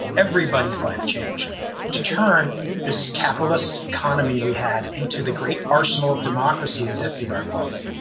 everybody's life changed to turn this capitalist economy we had into the great arsenal of democracy, as fdr called it,